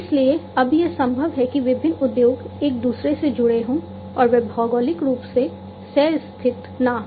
इसलिए अब यह संभव है कि विभिन्न उद्योग एक दूसरे से जुड़े हों और वे भौगोलिक रूप से सह स्थित न हों